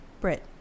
Brit